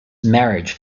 marriage